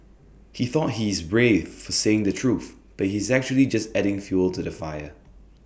he thought he's brave for saying the truth but he's actually just adding fuel to the fire